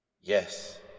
yes